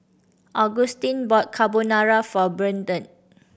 Agustin bought Carbonara for Bertrand